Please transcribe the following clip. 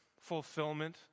fulfillment